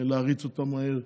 להריץ אותן מהר,